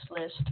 list